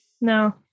No